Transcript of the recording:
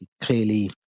clearly